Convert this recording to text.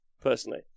Personally